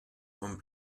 vom